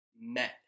met